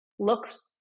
looks